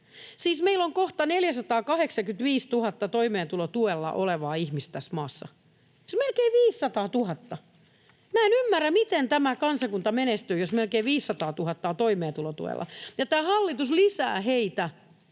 meillä on kohta 485 000 toimeentulotuella olevaa ihmistä tässä maassa, melkein 500 000. Minä en ymmärrä, miten tämä kansakunta menestyy, jos melkein 500 000 on toimeentulotuella, ja tämä hallitus lisää heitä